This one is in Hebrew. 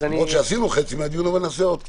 למרות שעשינו חצי מהדיון, אבל נעשה עוד קצת.